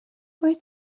wyt